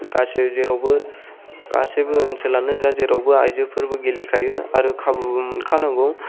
गासै जेरावबो गासैबो ओनसोलानो जा जेरावबो आयजोफोरबो गेलेखायो आरो खाबुबो मोनखानांगौ